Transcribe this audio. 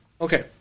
Okay